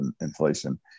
inflation